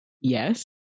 Yes